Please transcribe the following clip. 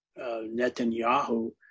Netanyahu